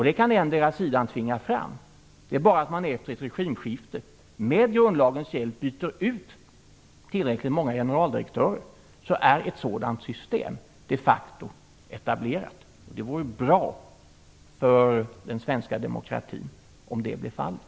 Det kan endera sidan tvinga fram. Det krävs bara att man efter ett regimskifte med grundlagens hjälp byter ut tillräckligt många generaldirektörer. Då är ett sådant system de facto etablerat, och det vore bra för den svenska demokratin om det blev fallet.